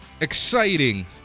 exciting